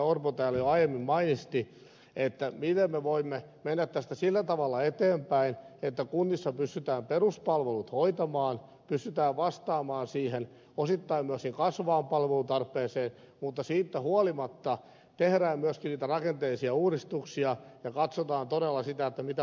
orpo täällä jo aiemmin mainitsi miten me voimme mennä tästä sillä tavalla eteenpäin että kunnissa pystytään peruspalvelut hoitamaan pystytään vastaamaan osittain myös siihen kasvavaan palvelutarpeeseen mutta siitä huolimatta tehdään myöskin niitä rakenteellisia uudistuksia ja katsotaan todella sitä mitä voidaan paikallisesti tehdä aivan kuten ed